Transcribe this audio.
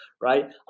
right